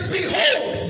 Behold